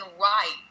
right